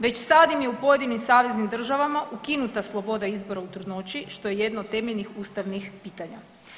Već sad im je u pojedinim saveznim državama ukinuta sloboda izbora u trudnoći što je jedno od temeljnih ustavnih pitanja.